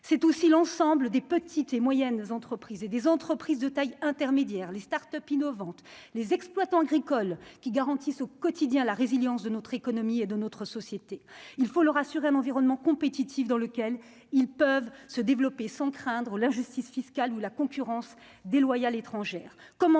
c'est aussi l'ensemble des petites et moyennes entreprises et des entreprises de taille intermédiaire, les Start-Up innovantes, les exploitants agricoles qui garantissent au quotidien La résilience de notre économie et de notre société, il faut leur assurer un environnement compétitif dans lequel ils peuvent se développer sans craindre la justice fiscale ou la concurrence déloyale étrangère,